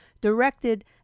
directed